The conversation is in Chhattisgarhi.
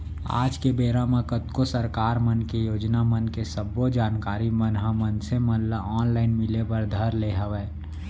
आज के बेरा म कतको सरकार मन के योजना मन के सब्बो जानकारी मन ह मनसे मन ल ऑनलाइन मिले बर धर ले हवय